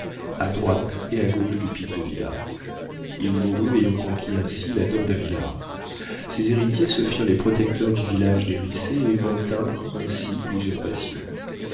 à droite et à gauche du pic de vilard il mourut ayant conquis ainsi la dent de vilard ses héritiers se firent les protecteurs du village des riceys et maintinrent ainsi l'usurpation